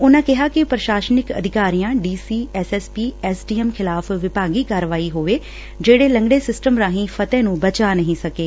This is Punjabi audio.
ਉਨੂੰ ਕਿਹਾ ਕਿ ਪ੍ਰਸ਼ਾਸਨਿਕ ਅਧਿਕਾਰੀਆਂ D C S S P S D M ਖਿਲਾਫ਼ ਵਿਭਾਗੀ ਕਾਰਵਾਈ ਹੋਵੇ ਜਿਹੜੇ ਲੰਗੜੇ ਸਿਸਟਮ ਰਾਹੀਂ ਫਤਿਹ ਨੂੰ ਬਚਾ ਨਹੀਂ ਸਕੇ